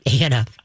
Anna